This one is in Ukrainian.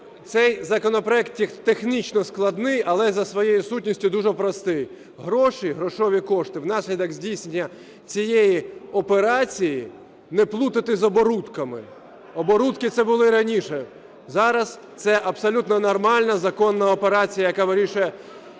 цей законопроект технічно складний, але за своєю сутністю дуже простий: гроші, грошові кошти внаслідок здійснення цієї операції, не плутати з оборудками, оборудки - це були раніше, зараз це абсолютно нормальна, законна операція, яка вирішує